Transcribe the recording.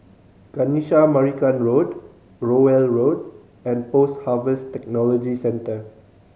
Kanisha Marican Road Rowell Road and Post Harvest Technology Centre